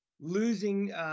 losing